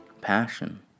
Passion